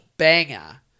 Banger